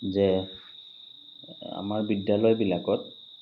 যে আমাৰ বিদ্যালয়বিলাকত